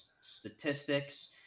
statistics